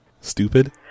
Stupid